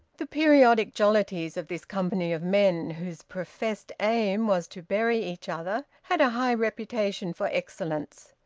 the periodic jollities of this company of men whose professed aim was to bury each other, had a high reputation for excellence.